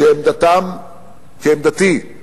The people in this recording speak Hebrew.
שעמדתם כעמדתי.